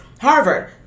Harvard